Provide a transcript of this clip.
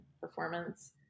performance